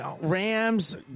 rams